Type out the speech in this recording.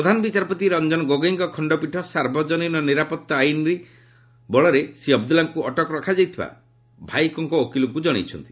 ପ୍ରଧାନ ବିଚାରପତି ରଞ୍ଜନ ଗୋଗୋଇଙ୍କ ଖଣ୍ଡପୀଠ ସାର୍ବଜନୀନ ନିରାପତ୍ତା ଆଇନରେ ଶ୍ରୀ ଅବଦୁଲ୍ଲାଙ୍କୁ ଅଟକ ରଖାଯାଇଥିବା ଭାଇକୋଙ୍କ ଓକିଲଙ୍କୁ ଜଣାଇଛନ୍ତି